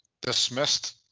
dismissed